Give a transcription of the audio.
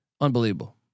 unbelievable